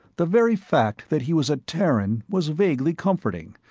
the very fact that he was a terran was vaguely comforting,